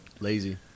lazy